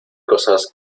cosas